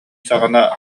саҕана